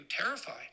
terrified